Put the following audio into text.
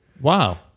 Wow